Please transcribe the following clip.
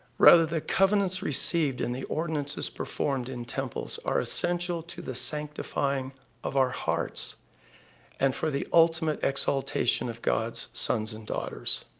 rather, the covenants received and the ordinances performed in temples are essential to the sanctifying of our hearts and for the ultimate exaltation of god's sons and daughters.